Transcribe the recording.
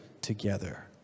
together